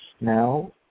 now